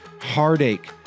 heartache